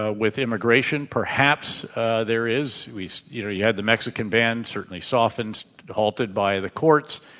ah with immigration, perhaps there is we you know, you had the mexican ban certainly softened halted by the courts.